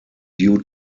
due